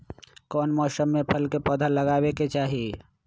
कौन मौसम में फल के पौधा लगाबे के चाहि?